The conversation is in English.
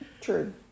True